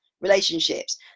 relationships